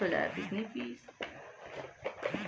दुकान खोलना चाहत हाव, का मोला दुकान खोले बर ऋण मिल सकत हे?